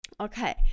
Okay